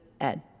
Ed